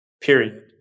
period